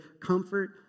comfort